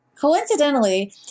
coincidentally